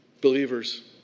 Believers